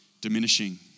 diminishing